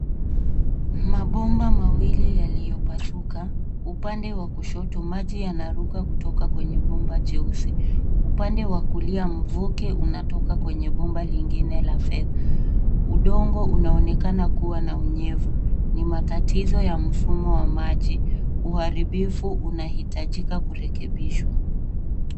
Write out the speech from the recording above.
Mabomba mawili yaliyopasuka. Upande wa shoto, maji yanaruka kutoka kwenye bomba jeusi. Upande wa kulia, mvuke unatoka kwenye bomba lingine la fedha. Udongo unaonekana kuwa na unyevu. Ni matatizo ya mfumo wa maji, uharbifu unahitajika kurekebishwa.